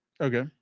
Okay